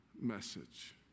message